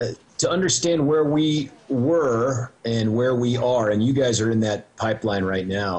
כדי להבין איפה היינו ואיפה אנחנו עכשיו ואתם נמצאים במקום הזה עכשיו